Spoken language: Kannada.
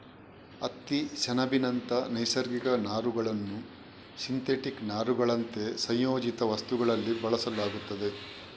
ಹತ್ತಿ, ಸೆಣಬಿನಂತ ನೈಸರ್ಗಿಕ ನಾರುಗಳನ್ನ ಸಿಂಥೆಟಿಕ್ ನಾರುಗಳಂತೆ ಸಂಯೋಜಿತ ವಸ್ತುಗಳಲ್ಲಿ ಬಳಸಲಾಗ್ತದೆ